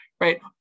right